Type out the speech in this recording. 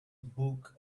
book